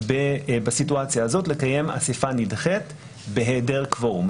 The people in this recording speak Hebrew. בסיטואציה הזאת לקיים אסיפה נדחית בהיעדר קוורום.